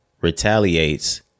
retaliates